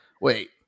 wait